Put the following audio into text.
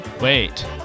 Wait